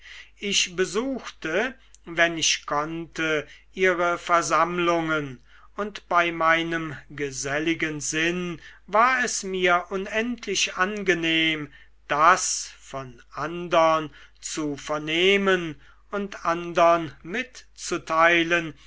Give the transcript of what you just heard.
ich besuchte wenn ich konnte ihre versammlungen und bei meinem geselligen sinn war es mir unendlich angenehm das von andern zu vernehmen und andern mitzuteilen